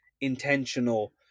intentional